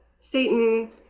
Satan